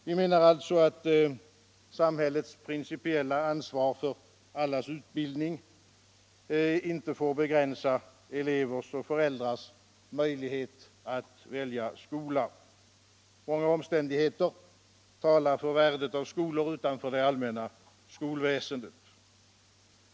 Vi anser alltså att samhällets principiella ansvar för allas utbildning inte får begränsa elevers och föräldrars möjlighet att välja skola. Många omständigheter talar för värdet av skolor utanför det allmänna skolväsendet.